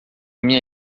minha